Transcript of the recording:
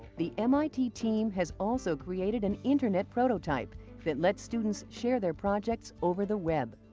the mit team has also created an internet prototype that lets students share their projects over the web.